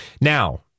Now